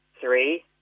three